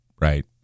right